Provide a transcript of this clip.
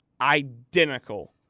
identical